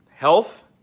Health